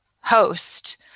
host